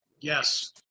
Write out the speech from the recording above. Yes